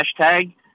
hashtag